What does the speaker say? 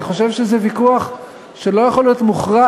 אני חושב שזה ויכוח שלא יכול להיות מוכרע